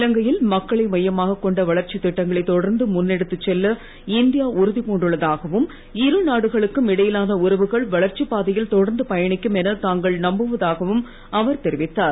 இலங்கையில் மக்களை மையமாகக் கொண்ட வளர்ச்சித் திட்டங்களை தொடர்ந்து முன்னெடுத்துச் செல்ல இந்தியா உறுதி பூண்டுள்ளதாகவும் இரு நாடுகளுக்கும் இடையிலான உறவுகள் வளர்ச்சிப் பாதையில் தொடர்ந்து பயணிக்கும் என தாங்கள் நம்புவதாகவும் அவர் தெரிவித்தார்